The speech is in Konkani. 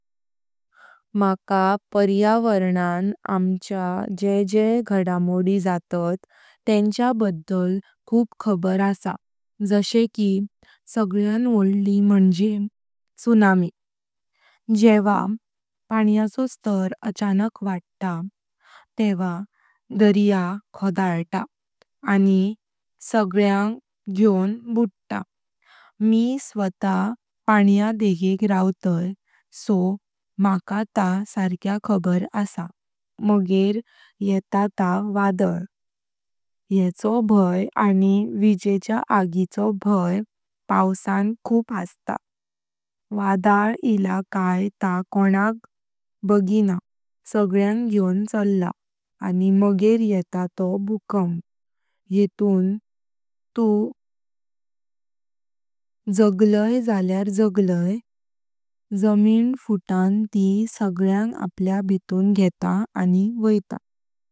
मका पर्यावरणान अंवच्या जे जे घडामोडी जातात तेंच्या बदल खूप खबर असा जाशे की सगल्यात वडली मंजे सुनामी जेवां पाण्याचो स्तर अचानक वाढता तेवां दर्या खोडलता आनी सगल्यांग घ्येवन बुडता। मी स्वत पाण्या देखेक रावताय सो मका ता सारक्या खबर असा। मगेर येता ता वादळ येन्चो भाय आनी वीजेच्या आगि चो भाय पाउसां खूप असता। वाडाळ इलां काय ता कोनाक बगीतां सगळ्यांग घ्येवन चल्ला आनी मगेर येता तो भूकंप येतूं तूं जागलां जर जागलां जामिन फुटां ती सगळ्यांग आपल्यां भीतून घेतां आनी व्होयता।